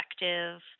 effective